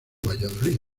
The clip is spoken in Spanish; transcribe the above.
valladolid